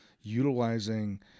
utilizing